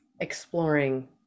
exploring